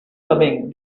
coming